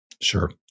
Sure